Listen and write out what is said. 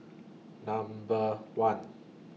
Number one